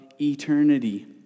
eternity